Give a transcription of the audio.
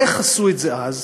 איך עשו את זה אז?